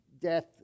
death